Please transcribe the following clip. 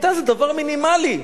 מיטה זה דבר מינימלי.